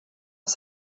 els